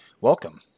welcome